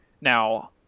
now